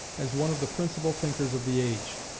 as one of the principal thinkers of the age.